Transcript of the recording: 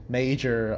major